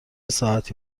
ساعتی